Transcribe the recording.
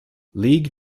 league